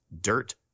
dirt